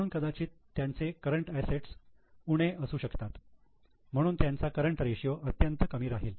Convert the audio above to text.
म्हणून कदाचित त्यांचे करंट असेट्स उणे असू शकतात म्हणून त्यांचा करंट रेशियो अत्यंत कमी राहील